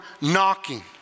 knocking